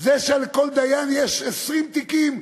זה שעל כל דיין יש 20 תיקים,